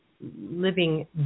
living